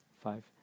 five